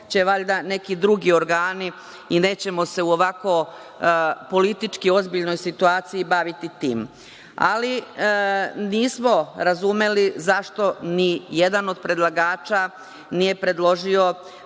će valjda neki drugi organi i nećemo se u ovako politički ozbiljnoj situaciji baviti time. Ali, nismo razumeli zašto ni jedan od predlagača nije predložio